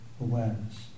awareness